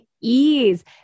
ease